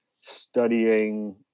studying